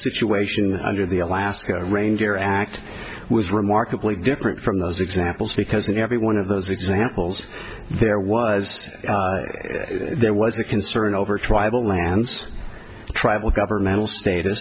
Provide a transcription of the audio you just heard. situation under the alaska ranger act was remarkably different from those examples because in every one of those examples there was there was a concern over tribal lands tribal governmental